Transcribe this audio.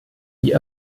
die